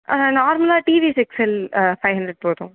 நார்ம்லாக TVS XL five hundred போதும்